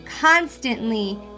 constantly